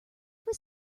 was